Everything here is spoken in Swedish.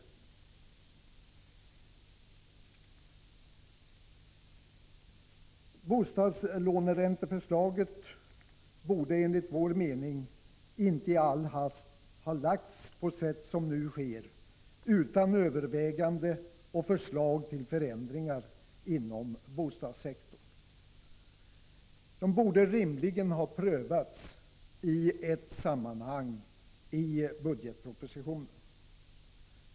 Förslaget till ändrad bostadslåneränta borde enligt vår mening inte i all hast ha lagts på det sätt som nu skett; utan överväganden och förslag till förändringar inom bostadssektorn. Det borde rimligen prövas i ett sammanhang i budgetpropositionen.